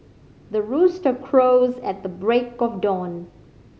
the rooster crows at the break of dawn